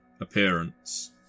appearance